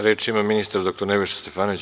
Reč ima ministar, dr Nebojša Stefanović.